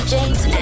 James